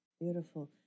Beautiful